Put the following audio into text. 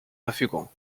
verfügung